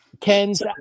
Kens